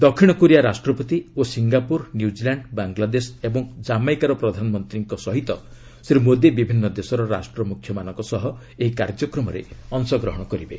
ଦକ୍ଷିଣ କୋରିଆ ରାଷ୍ଟ୍ରପତି ଓ ସିଙ୍ଗାପୁର ନ୍ୟୁଜିଲାଣ୍ଡ ବାଙ୍ଗଲାଦେଶ ଏବଂ ଜାମାଇକାର ପ୍ରଧାନମନ୍ତ୍ରୀଙ୍କ ସହିତ ଶ୍ରୀ ମୋଦୀ ବିଭିନ୍ନ ଦେଶର ରାଷ୍ଟ୍ରମୁଖ୍ୟଙ୍କ ସହ ଏହି କାର୍ଯ୍ୟକ୍ରମରେ ଅଂଶଗ୍ରହଣ କରିବେ